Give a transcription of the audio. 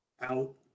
out